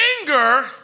anger